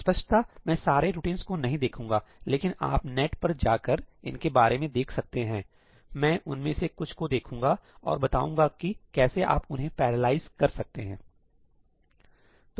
स्पष्टता मैं सारे रूटीनस को नहीं देखूंगा लेकिन आप नेट पर जाकर इनके बारे में देख सकते हैं मैं उनमें से कुछ को देखूंगा और बताऊंगा कि कैसे आप उन्हें पैरालाइज कर सकते हैं